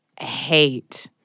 hate—